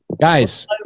Guys